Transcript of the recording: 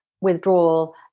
withdrawal